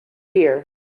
ear